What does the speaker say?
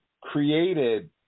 created